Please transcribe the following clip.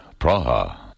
Praha